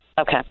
Okay